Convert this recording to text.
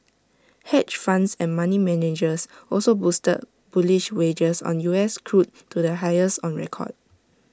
hedge funds and money managers also boosted bullish wagers on U S crude to the highest on record